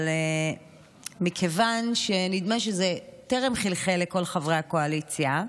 אבל מכיוון שנדמה שזה טרם חלחל לכל חברי הקואליציה,